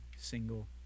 single